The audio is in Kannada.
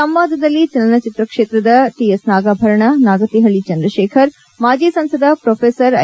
ಸಂವಾದದಲ್ಲಿ ಚಲನಚಿತ್ರ ಕ್ಷೇತ್ರದ ಟಿಎಸ್ ನಾಗಾಭರಣ ನಾಗತಿಹಳ್ಳಿ ಚಂದ್ರಶೇಖರ್ ಮಾಜಿ ಸಂಸದ ಪ್ರೊಫೆಸರ್ ಐ